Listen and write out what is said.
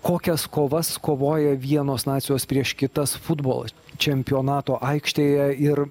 kokias kovas kovoja vienos nacijos prieš kitas futbolo čempionato aikštėje ir